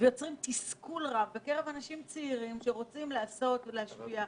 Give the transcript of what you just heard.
ויוצרים תסכול רב בקרב אנשים צעירים שרוצים לעשות ולהשפיע.